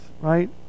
right